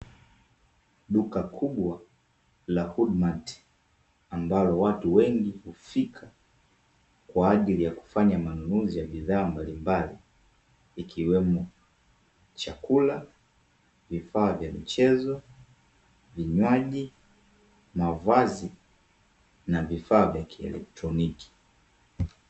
Duka kubwa la "HoodMart" ambalo watu wengi hufika kwa ajili ya kufanya manunuzi ya bidhaa mbalimbali ikiwemo: chakula, vifaa vya michezo, vinywaji, mavazi, na vifaa vya kielektroniki.